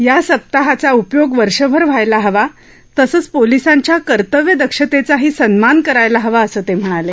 या सप्ताहाचा उपयोग वर्षभर व्हायला हवा तसंच पोलिसांच्या कर्तव्य दक्षतेचाही सन्मान करायला हवा असंही ते म्हणाले